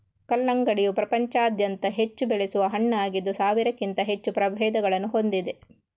ಕಲ್ಲಂಗಡಿಯು ಪ್ರಪಂಚಾದ್ಯಂತ ಹೆಚ್ಚು ಬೆಳೆಸುವ ಹಣ್ಣಾಗಿದ್ದು ಸಾವಿರಕ್ಕಿಂತ ಹೆಚ್ಚು ಪ್ರಭೇದಗಳನ್ನು ಹೊಂದಿದೆ